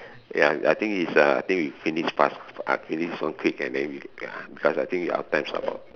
ya I think is a I think we finish fast ah finish this one quick and then we can because I think our time's about